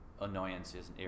annoyances